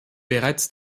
bereits